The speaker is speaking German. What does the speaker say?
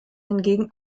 hingegen